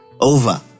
over